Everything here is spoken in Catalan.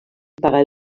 pagar